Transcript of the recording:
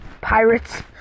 Pirates